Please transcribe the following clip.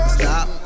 stop